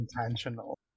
intentional